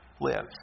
lives